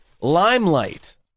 Limelight